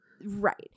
right